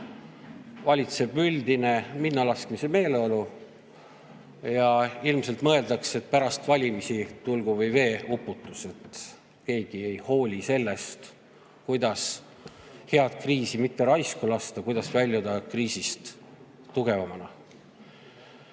Valitseb üldine minnalaskmise meeleolu ja ilmselt mõeldakse, et pärast valimisi tulgu või veeuputus. Keegi ei hooli sellest, kuidas head kriisi mitte lasta raisku minna, kuidas väljuda kriisist tugevamana.